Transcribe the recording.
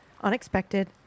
unexpected